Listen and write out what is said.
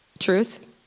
Truth